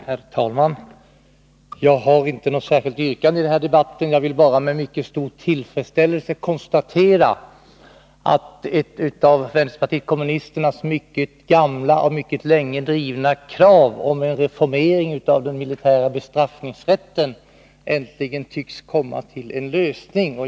Herr talman! Jag har inte något särskilt yrkande i denna debatt. Jag vill bara med mycket stor tillfredsställelse konstatera att vänsterpartiet kommunisternas mycket gamla och mycket länge drivna krav om en reformering av den militära bestraffningsrätten äntligen tycks komma till en lösning.